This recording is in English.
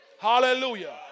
Hallelujah